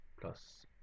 plus